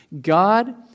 God